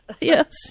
Yes